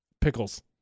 Pickles